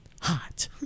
hot